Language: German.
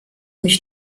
mich